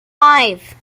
five